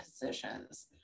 positions